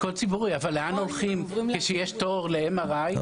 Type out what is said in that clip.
הכל ציבורי אבל לאן הולכים כשיש תור ל-MRI?